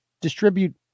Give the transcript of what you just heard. distribute